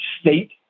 state